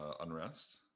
unrest